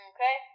Okay